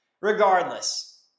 Regardless